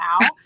now